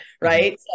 right